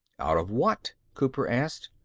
out of what? cooper asked.